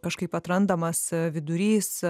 kažkaip atrandamas vidurys